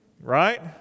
Right